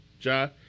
Ja